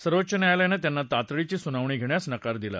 सर्वोच्च न्यायालयानं त्यांना तातडीची सुनावणी घेण्यास नकार दिला